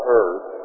earth